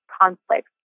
conflict